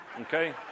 Okay